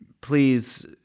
Please